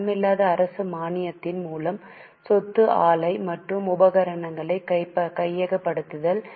பணமில்லா அரசு மானியத்தின் மூலம் சொத்து ஆலை மற்றும் உபகரணங்களை கையகப்படுத்துதல்